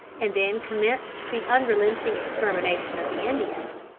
and then commenced the unrelenting extermination of the indians.